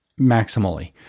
maximally